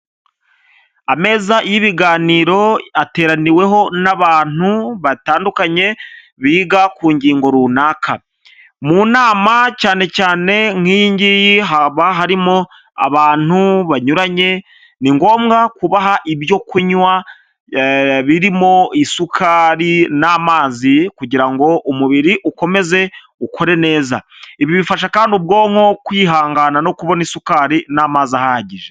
Ameza y'ibiganiro ateraniweho n'abantu batandukanye biga ku ngingo runaka mu nama cyane cyane nk'iyi ngiyi haba harimo abantu banyuranye, ni ngombwa kubaha ibyo kunywa birimo isukari n'amazi kugira ngo umubiri ukomeze ukore neza, ibi bifasha kandi ubwonko kwihangana no kubona isukari n'amazi ahagije.